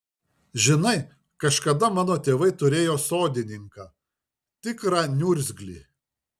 žinai kažkada mano tėvai turėjo sodininką tikrą niurgzlį